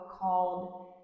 called